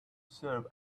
serve